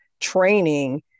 training